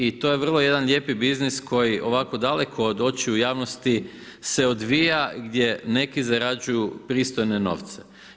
I to je vrlo jedan lijepi biznis koji ovako daleko od očiju javnosti se odvija gdje neki zarađuju pristojne novce.